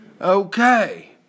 Okay